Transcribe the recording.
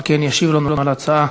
על כן ישיב לנו על ההצעה